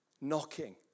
knocking